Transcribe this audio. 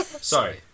Sorry